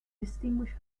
distinguish